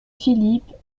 philippe